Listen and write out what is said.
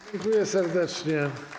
Dziękuję serdecznie.